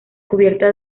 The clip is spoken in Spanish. cubierta